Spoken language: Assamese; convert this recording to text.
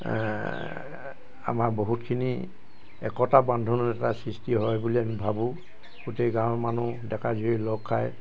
আমাৰ বহুতখিনি একতা বান্ধোন এটা সৃষ্টি হয় বুলি আমি ভাবোঁ গোটেই গাঁৱৰ মানুহ ডেকা জীয়ৰী লগ খাই